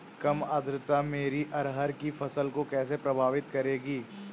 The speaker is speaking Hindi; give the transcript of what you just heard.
कम आर्द्रता मेरी अरहर की फसल को कैसे प्रभावित करेगी?